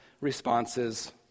responses